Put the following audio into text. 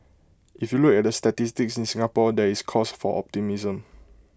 if you look at the statistics in Singapore there is cause for optimism